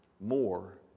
more